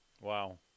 Wow